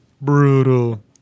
Brutal